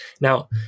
Now